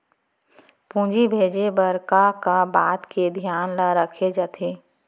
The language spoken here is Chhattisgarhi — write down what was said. पूंजी भेजे बर का का बात के धियान ल रखे जाथे?